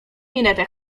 minetę